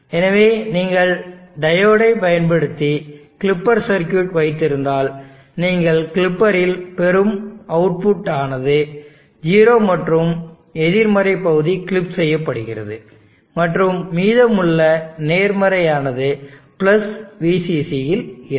எனவே நீங்கள் டையோட்களைப் பயன்படுத்தி கிளிப்பர் சர்க்யூட் வைத்திருந்தால் நீங்கள் கிளிப்பரில் பெரும் அவுட்புட் ஆனது 0 மற்றும் எதிர்மறை பகுதி கிளிப் செய்யப்படுகிறது மற்றும் மீதமுள்ள நேர்மறை பகுதியானது VCC இல் இருக்கும்